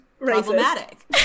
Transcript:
problematic